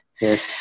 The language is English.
Yes